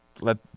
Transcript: let